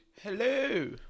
hello